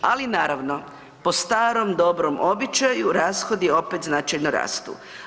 Ali naravno, po starom dobrom običaju rashodi opet značajno rastu.